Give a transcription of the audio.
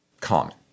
common